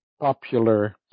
popular